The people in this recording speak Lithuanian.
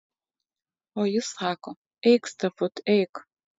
o jis sako eik stefut eik